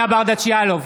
(קורא בשמות חברות הכנסת) אלינה ברדץ' יאלוב,